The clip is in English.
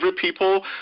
people